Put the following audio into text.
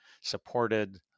supported